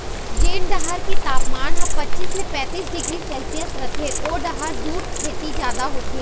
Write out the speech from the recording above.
जेन डहर के तापमान ह पचीस ले पैतीस डिग्री सेल्सियस रहिथे ओ डहर जूट खेती जादा होथे